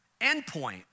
endpoint